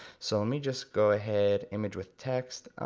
so let me just go ahead, image with text.